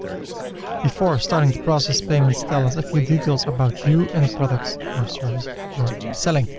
before starting to process payments tell us a few details about you and products or services you're selling.